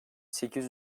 sekiz